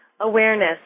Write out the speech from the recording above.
awareness